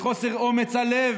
מחוסר אומץ הלב.